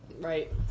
Right